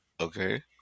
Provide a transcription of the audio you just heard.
Okay